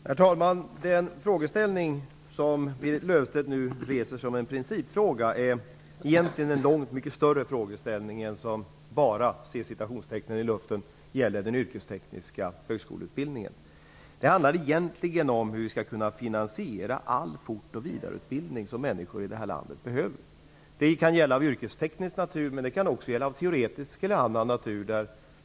Herr talman! Den frågeställning som Berit Löfstedt nu reser som en principfråga är egentligen långt mycket större. Den gäller inte ''bara'' den yrkestekniska högskoleutbildningen. Det handlar egentligen om hur vi skall kunna finansiera all fortoch vidareutbildning som människor i det här landet behöver. Den kan vara av yrkesteknisk natur, men den kan också vara av teoretisk eller annan natur.